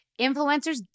Influencers